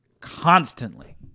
Constantly